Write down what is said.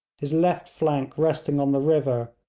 his left flank resting on the river,